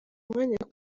umwanya